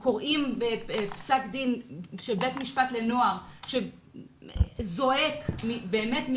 אפשר לקרוא פסק דין של בית משפט לנוער שזועק מנשמת